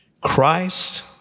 Christ